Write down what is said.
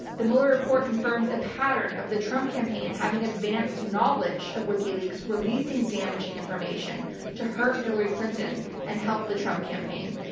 the mueller report confirms a pattern of the trump campaign having advanced knowledge of wikileaks releasing damaging information to hurt hillary clinton and help the trump campaign.